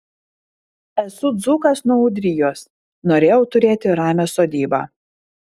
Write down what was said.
esu dzūkas nuo ūdrijos norėjau turėti ramią sodybą